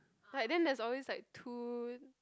like then there's always like two